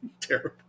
terrible